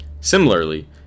Similarly